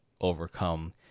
overcome